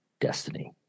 destiny